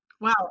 Wow